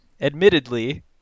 admittedly